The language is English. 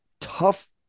tough